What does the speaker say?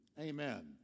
Amen